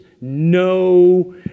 no